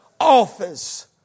office